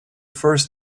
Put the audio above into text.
first